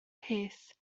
peth